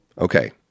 Okay